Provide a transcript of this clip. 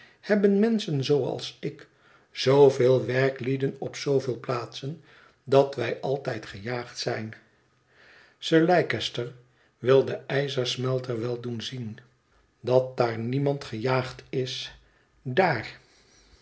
hebben menschen zooals ik zooveel werklieden op zooveel plaatsen dat wij altijd gejaagd zijn sir leicester wil den ijzersmelter wel doen zien dat daar niemand gejaagd is daar